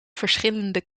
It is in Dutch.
verschillende